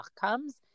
comes